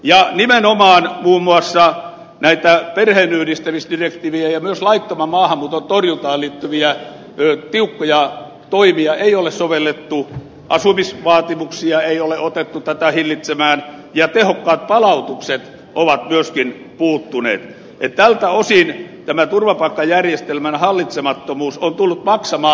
ja nimenomaan muun muassa näitä perheenyhdistämisdirektiivejä ja myös laittoman maahanmuuton torjuntaan liittyviä tiukkoja toimia ei ole sovellettu asumisvaatimuksia ei ole otettu tätä hillitsemään ja tehokkaat palautukset ovat myöskin puuttuneet niin että tältä osin tämä turvapaikkajärjestelmän hallitsemattomuus on tullut maksamaan